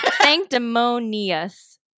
Sanctimonious